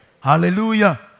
Hallelujah